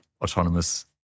autonomous